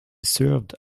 served